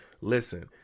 listen